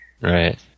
Right